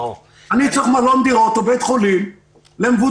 אני צריך מלון דירות או בית חולים למבודדים.